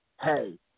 hey